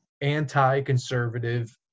anti-conservative